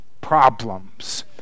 problems